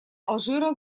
алжира